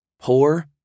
poor